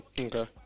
Okay